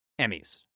Emmys